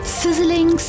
sizzling